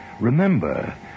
Remember